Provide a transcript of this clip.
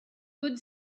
good